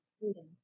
freedom